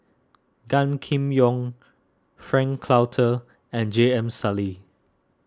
Gan Kim Yong Frank Cloutier and J M Sali